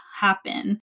happen